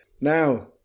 Now